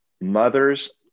mothers